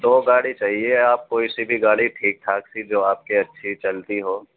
دو گاڑی چاہیے آپ کوئی سی بھی گاڑی ٹھیک ٹھاک سی جو آپ کی اچھی چلتی ہو